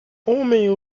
homem